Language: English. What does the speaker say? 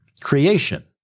creation